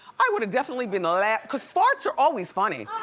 i would've definitely been laugh, cause farts are always funny.